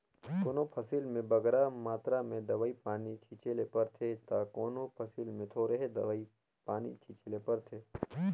कोनो फसिल में बगरा मातरा में दवई पानी छींचे ले परथे ता कोनो फसिल में थोरहें दवई पानी छींचे ले परथे